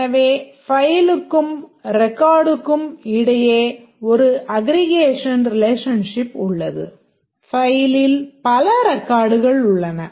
எனவே ஃபைலுக்கும் ரெகார்டுக்கும் இடையே ஒரு அக்ரிகேஷன் ரிலேஷன்ஷிப் உள்ளது ஃபைலில் பல ரெகார்ட்கள் உள்ளன